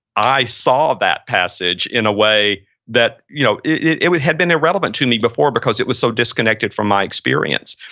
i saw that passage in a way that you know it it would have been irrelevant to me before because it was so disconnected from my experience.